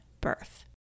birth